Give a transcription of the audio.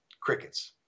crickets